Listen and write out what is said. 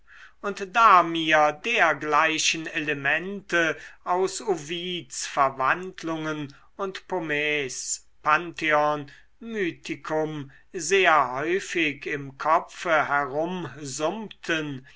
und da mir dergleichen elemente aus ovids verwandlungen und pomeys pantheon mythicum sehr häufig im kopfe